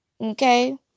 okay